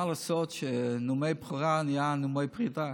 מה לעשות, נאומי בכורה נהיו נאומי פרידה,